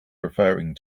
referring